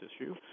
issue